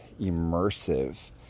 immersive